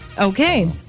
Okay